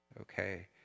Okay